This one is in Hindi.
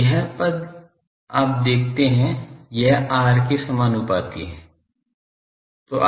तो यह पद आप देखते हैं यह r के समानुपाती है